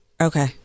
okay